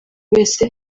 wese